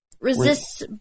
resists